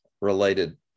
related